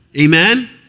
amen